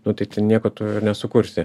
nu tai ten nieko tu nesukursi